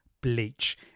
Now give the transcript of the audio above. Bleach